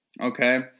Okay